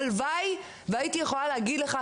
הלוואי והייתי יכולה להגיד לך,